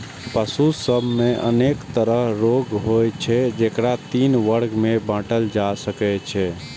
पशु सभ मे अनेक तरहक रोग होइ छै, जेकरा तीन वर्ग मे बांटल जा सकै छै